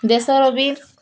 ଦେଶର ବି